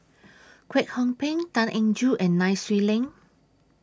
Kwek Hong Png Tan Eng Joo and Nai Swee Leng